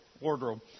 wardrobe